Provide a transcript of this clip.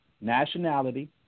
nationality